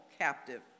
captive